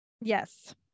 Yes